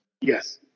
Yes